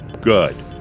Good